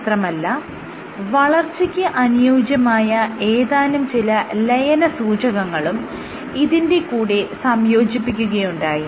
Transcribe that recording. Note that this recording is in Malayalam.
മാത്രമല്ല വളർച്ചയ്ക്ക് അനുയോജ്യമായ ഏതാനും ചില ലയനസൂചകങ്ങളും ഇതിന്റെ കൂടെ സംയോജിപ്പിക്കുകയുണ്ടായി